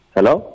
Hello